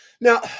Now